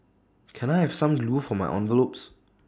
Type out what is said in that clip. can I have some glue for my envelopes